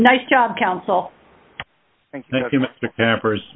nice job council members